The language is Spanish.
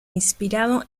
inspirado